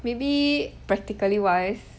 maybe practically wise